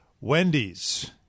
Wendy's